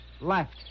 left